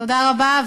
תודה רבה,